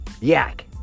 Yak